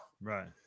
Right